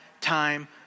time